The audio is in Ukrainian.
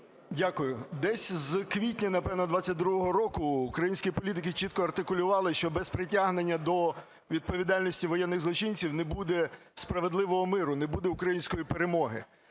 Дякую. Десь з квітня, напевно, 22-го року українські політики чітко артикулювали, що без притягнення до відповідальності воєнних злочинів не буде справедливого миру, не буде української перемоги.